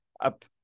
up